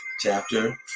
chapter